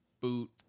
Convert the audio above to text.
boot